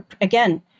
again